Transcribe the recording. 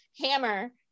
hammer